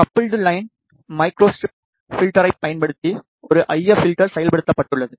coupled line microstrip பில்டரைப் பயன்படுத்தி ஒரு இஎப் பில்டர் செயல்படுத்தப்பட்டுள்ளது